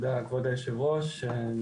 תודה כבוד יושב הראש.